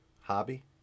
hobby